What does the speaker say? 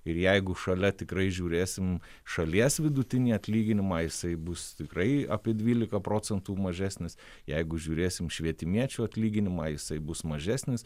ir jeigu šalia tikrai žiūrėsim šalies vidutinį atlyginimą jisai bus tikrai apie dvylika procentų mažesnis jeigu žiūrėsim švietimiečių atlyginimą jisai bus mažesnis